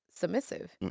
Submissive